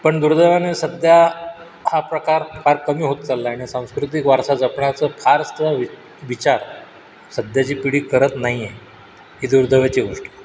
पण दुर्देवाने सध्या हा प्रकार फार कमी होत चालला आहे आणि सांस्कृतिक वारसा जपण्याचं फारसा वि विचार सध्याची पिढी करत नाही आहे ही दुर्दैवाची गोष्ट आहे